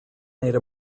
made